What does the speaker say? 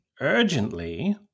Urgently